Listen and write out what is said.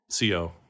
CO